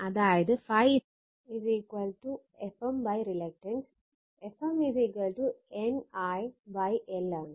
അതായത് ∅ Fm reluctance Fm N I l ആണ്